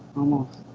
almost